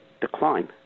decline